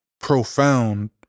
profound